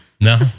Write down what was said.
No